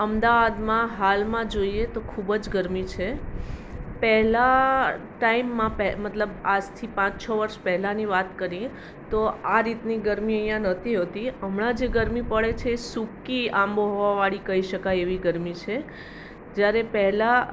અમદાવાદમાં હાલમાં જોઈએ તો ખૂબ જ ગરમી છે પહેલાં ટાઈમમાં મતલબ આજથી પાંચ છ વર્ષ પહેલાંની વાત કરીએ તો આ રીતની ગરમી અહીંયા નહોતી હોતી હમણાં જે ગરમી પડે છે એ સૂકી આબોહવાવાળી કહી શકાય એવી ગરમી છે જ્યારે પહેલાં